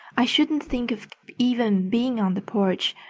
i shouldn't think of even being on the porch.